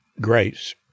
grace